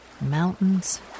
mountains